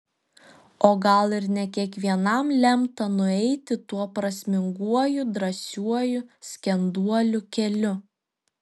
o gal ir ne kiekvienam lemta nueiti tuo prasminguoju drąsiuoju skenduolių keliu